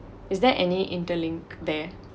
is there any interlink there